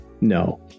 no